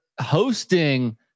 hosting